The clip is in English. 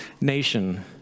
nation